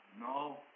No